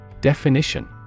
Definition